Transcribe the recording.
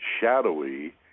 shadowy